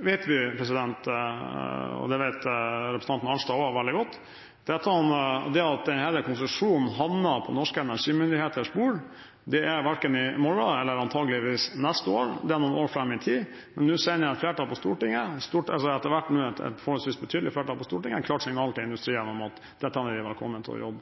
vet vi – det vet representanten Arnstad også veldig godt – at når det gjelder det at denne konsesjonen havner på norske energimyndigheters bord, skjer det verken i morgen eller neste år, antageligvis. Det skjer noen år fram i tid. Men nå sender et flertall på Stortinget – og etter hvert et forholdsvis betydelig flertall på Stortinget – et klart signal til industrien om at dette er noe vi kommer til å jobbe